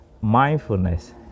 mindfulness